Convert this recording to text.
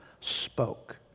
spoke